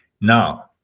Now